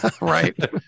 Right